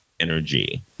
energy